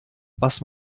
was